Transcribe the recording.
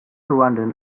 rwandan